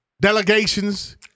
Delegations